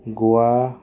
ग'वा